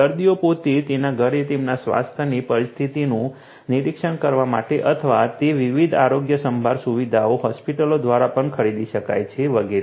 દર્દીઓ પોતે તેમના ઘરે તેમના સ્વાસ્થ્યની સ્થિતિનું નિરીક્ષણ કરવા માટે અથવા તે વિવિધ આરોગ્યસંભાળ સુવિધાઓ હોસ્પિટલો દ્વારા પણ ખરીદી શકાય છે વગેરે